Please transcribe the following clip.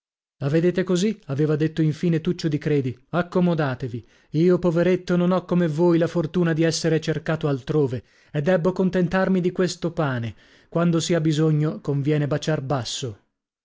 la vedete così aveva detto in fine tuccio di credi accomodatevi io poveretto non ho come voi la fortuna di essere cercato altrove e debbo contentarmi di questo pane quando si ha bisogno conviene baciar basso